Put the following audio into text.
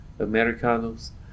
americanos